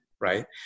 right